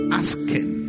asking